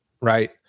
right